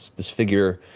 this figure,